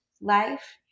life